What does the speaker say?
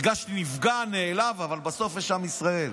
הרגשתי נפגע, נעלב, אבל בסוף יש עם ישראל,